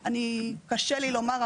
קשה לי לומר,